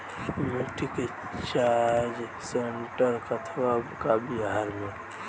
मिटी के जाच सेन्टर कहवा बा बिहार में?